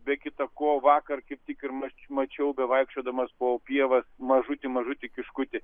be kita ko vakar kaip tik ir mačiau mačiau bevaikščiodamas po pievą mažutį mažutį kiškutį